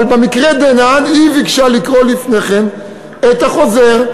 אבל במקרה דנן היא ביקשה לקרוא לפני כן את החוזר.